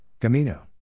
Camino